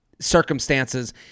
circumstances